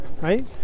right